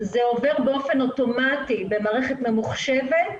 זה עובר באופן אוטומטי במערכת ממוחשבת,